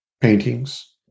paintings